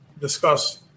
discuss